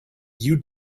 you